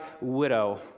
widow